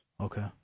Okay